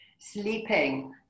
Sleeping